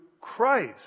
Christ